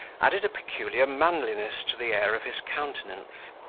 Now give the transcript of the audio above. added a peculiar manliness to the air of his countenance.